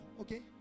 Okay